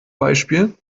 beispiel